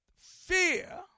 fear